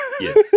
yes